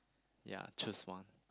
ya choose one